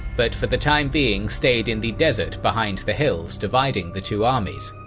but for the time being stayed in the desert behind the hills dividing the two armies.